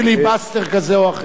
פיליבסטר כזה או אחר.